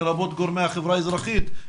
לרבות גורמי החברה האזרחית,